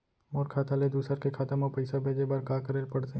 मोर खाता ले दूसर के खाता म पइसा भेजे बर का करेल पढ़थे?